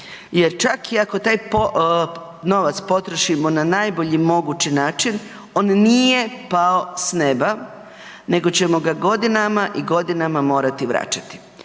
jer čak i ako taj novac potrošimo na najbolji mogući način, on nije pao s neba nego ćemo ga godinama i godinama morati vraćati.